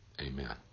Amen